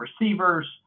receivers